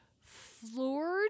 floored